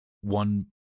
one